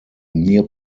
near